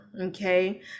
okay